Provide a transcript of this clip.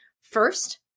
First